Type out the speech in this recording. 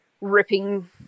Ripping